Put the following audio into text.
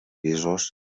pisos